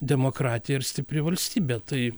demokratija ir stipri valstybė tai